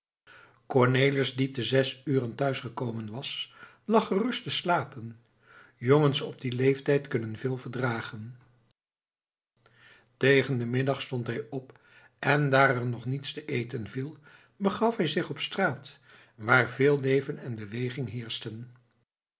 cornelis die te zes uren thuis gekomen was lag gerust te slapen jongens op dien leeftijd kunnen veel verdragen tegen den middag stond hij op en daar er nog niets te eten viel begaf hij zich op straat waar veel leven en beweging